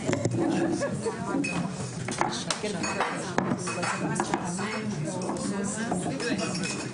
החינוך, התרבות והספורט בנושא: